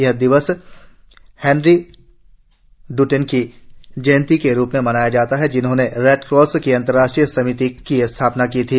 यह दिवस Henry Dunant की जयंती रुप मे मनाया जाता है जिन्होने रेड क्रॉस की अंतर्राष्ट्रीय समिति के संस्थापना की थी